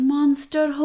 Monster